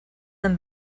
them